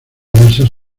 diversas